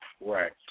Right